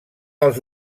als